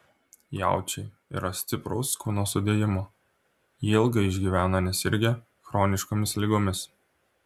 jaučiai yra stipraus kūno sudėjimo jie ilgai išgyvena nesirgę chroniškomis ligomis